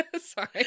Sorry